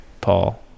Paul